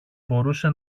μπορούσε